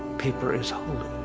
paper is holey.